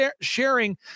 sharing